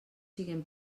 siguen